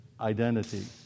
identity